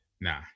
Nah